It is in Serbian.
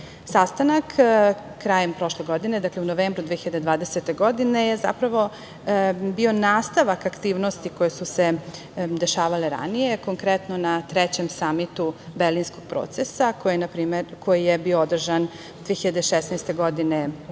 krajem prošle godine, u novembru 2020. godine, je zapravo bio nastavak aktivnosti koje su se dešavale ranije. Konkretno, na Trećem samitu Berlinskog procesa koji je bio održan 2016. godine u Parizu,